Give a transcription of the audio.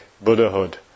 Buddhahood